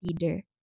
leader